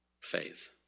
faith